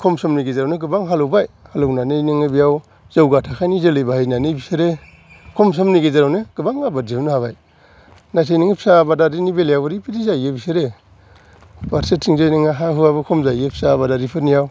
खम समनि गेजेरावनो गोबां हालौबाय हालौनानै नोङो बेआव जौगा थाखोनि जोलै बाहायनानै बिसोरो खम समनि गेजेरावनो गोबां आबाद दिहुननो हाबाय नाथाय नों फिसा आबादारिनि बेलायाव ओरैबादि जाहैयो बिसोरो फारसेथिंजाय नोङो हा हुआबो खम जाहैयो फिसा आबादारिफोरनियाव